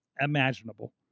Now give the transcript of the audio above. imaginable